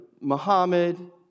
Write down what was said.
Muhammad